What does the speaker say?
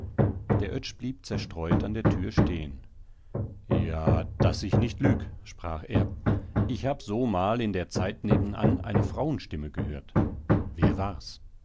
der oetsch blieb zerstreut an der tür stehen ja daß ich nicht lüg sprach er ich hab so mal in der zeit nebenan eine frauenstimme gehört wer war's